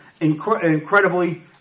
incredibly